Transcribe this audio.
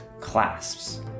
clasps